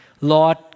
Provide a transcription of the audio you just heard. Lord